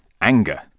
anger